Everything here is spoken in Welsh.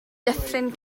dyffryn